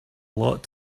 lot